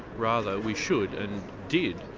rather we should, and did,